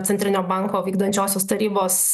centrinio banko vykdančiosios tarybos